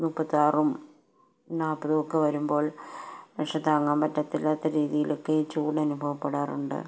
മുപ്പത്തിയാറും നാല്പ്പതുമൊക്കെ വരുമ്പോൾ പക്ഷേ താങ്ങാൻ പറ്റാത്ത രീതിയിലൊക്കെ ഈ ചൂട് അനുഭവപ്പെടാറുണ്ട്